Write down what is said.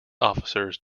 officers